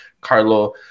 Carlo